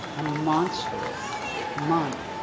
a monster this yeah month